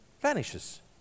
vanishes